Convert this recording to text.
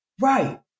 Right